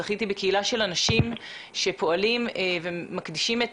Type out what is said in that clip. זכיתי בקהילה של אנשים שפועלים ומקדישים את